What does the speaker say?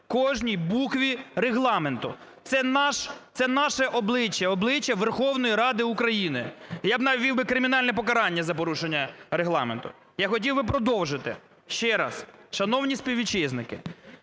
кожній букві Регламенту. Це наше обличчя, обличчя Верховної Ради України. Я б ввів би кримінальне покарання за порушення Регламенту. Я хотів би продовжити. Ще раз. Шановні співвітчизники,